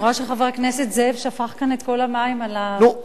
אני רואה שמרוב התרגשות חבר הכנסת זאב שפך כאן את כל המים על הדוכן.